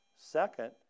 Second